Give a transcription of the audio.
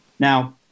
Now